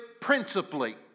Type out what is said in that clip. principally